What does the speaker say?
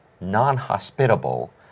non-hospitable